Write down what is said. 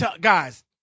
guys